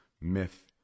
myth